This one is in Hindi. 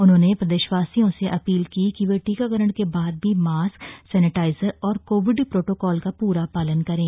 उन्होने प्रदेशवासियों से अपील की कि वे टीकाकरण के बाद भी मास्क सैनिटाइजर और कोविड प्रोटोकॉल का पूरा पालन करें